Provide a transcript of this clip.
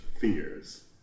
fears